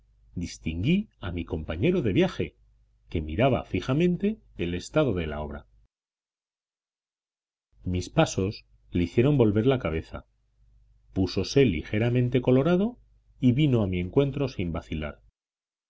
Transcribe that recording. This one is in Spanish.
distinguí a mi compañero de viaje que miraba fijamente el estado de la obra mis pasos le hicieron volver la cabeza púsose ligeramente colorado y vino a mi encuentro sin vacilar